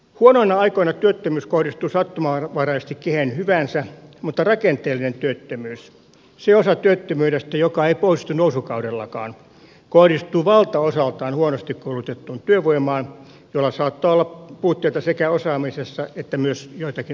huonoina aikoina työttömyys kohdistuu sattumanvaraisesti kehen hyvänsä mutta rakenteellinen työttömyys se osa työttömyydestä joka ei poistu nousukaudellakaan kohdistuu valtaosaltaan huonosti koulutettuun työvoimaan jolla saattaa olla puutteita sekä osaamisessa että myös joitakin ongelmia terveydessä